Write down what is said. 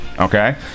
okay